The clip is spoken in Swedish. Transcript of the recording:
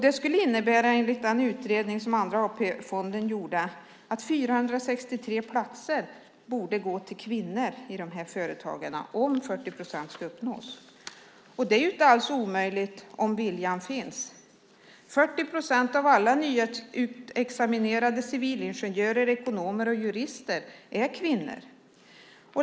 Det skulle innebära, enligt den utredning som Andra AP-fonden gjorde, att 463 platser borde gå till kvinnor i dessa företag om 40 procent ska uppnås. Det är inte alls omöjligt om viljan finns. 40 procent av alla nyutexaminerade civilingenjörer, ekonomer och jurister är kvinnor.